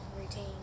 routine